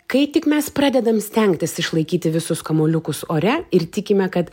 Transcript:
kai tik mes pradedam stengtis išlaikyti visus kamuoliukus ore ir tikime kad